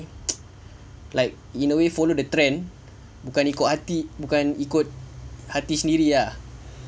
like in a way follow the trend bukan ikut hati bukan ikut hati sendiri ah